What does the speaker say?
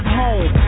home